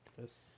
Yes